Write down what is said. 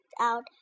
out